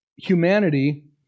Humanity